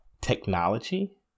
technology